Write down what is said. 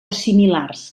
similars